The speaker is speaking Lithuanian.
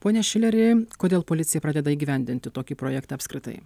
pone šileri kodėl policija pradeda įgyvendinti tokį projektą apskritai